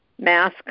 mask